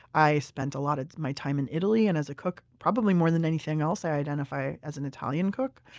i spent a lot of my time in italy, and as a cook, probably more than anything else, i identify as an italian cook.